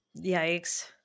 Yikes